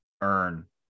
earn